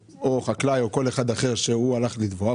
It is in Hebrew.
חקלאי או כל אחד אחר שהוא הלך לתבוע,